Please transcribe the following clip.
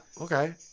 Okay